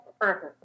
Perfect